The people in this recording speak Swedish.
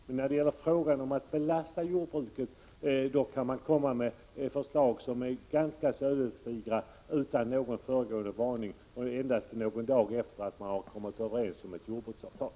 Men när det gäller att belasta jordbruket kan man komma med förslag som är ganska ödesdigra utan föregående varning och bara någon dag efter att det skett överenskommelse om ett jordbruksavtal.